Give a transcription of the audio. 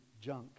junk